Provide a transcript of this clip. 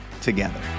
together